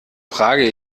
frage